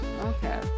Okay